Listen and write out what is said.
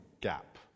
gap